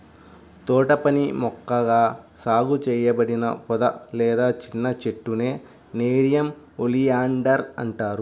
తోటపని మొక్కగా సాగు చేయబడిన పొద లేదా చిన్న చెట్టునే నెరియం ఒలియాండర్ అంటారు